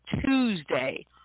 Tuesday